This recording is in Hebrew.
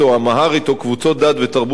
או קבוצות דת ותרבות מיוחדות,